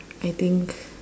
I think